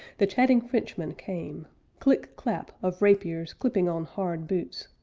the chatting frenchmen came click-clap of rapiers clipping on hard boots,